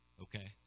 Okay